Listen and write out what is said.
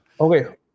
Okay